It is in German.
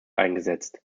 eingesetzt